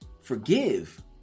forgive